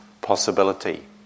possibility